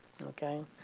Okay